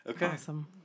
Awesome